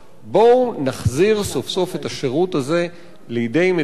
בואו נחזיר סוף-סוף את השירות הזה לידי מדינת ישראל,